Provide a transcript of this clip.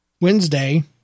Wednesday